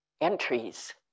entries